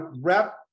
rep